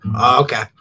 okay